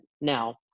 Now